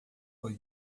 foi